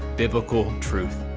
biblical truth.